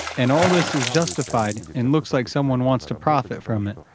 and all this is justified and looks like someone wants to profit from it,